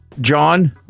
John